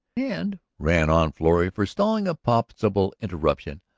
and, ran on florrie, forestalling a possible interruption,